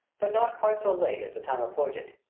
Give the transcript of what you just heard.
but not quite so late as the time appointed.